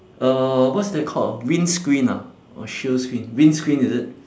uh what's that called ah windscreen ah or sheer screen windscreen is it